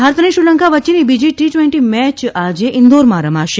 ભારત અને શ્રીલંકા વચ્ચેની બીજી ટી ટવેન્ટી મેચ આજે ઇન્દોરમાં રમાશે